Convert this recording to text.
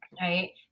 right